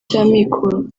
cy’amikoro